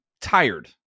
tired